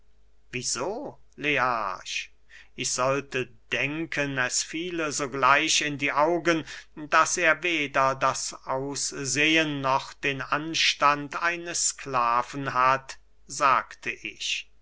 so learch ich sollte denken es fiele sogleich in die augen daß er weder das aussehen noch den anstand eines sklaven hat sagte ich